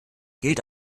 gilt